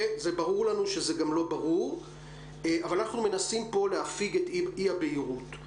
זה ברור לנו שזה גם לא ברור אבל אנחנו מנסים פה להפיג את אי הבהירות.